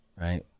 Right